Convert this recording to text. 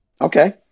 Okay